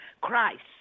Christ